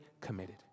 committed